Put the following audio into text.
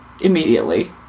immediately